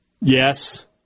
Yes